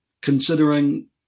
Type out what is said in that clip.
considering